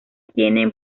tienen